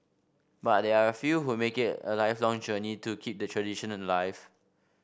but there are a few who make it a lifelong journey to keep the tradition alive